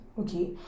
okay